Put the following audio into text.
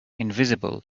invisible